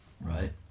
Right